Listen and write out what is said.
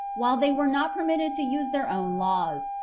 while they were not permitted to use their own laws,